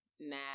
nah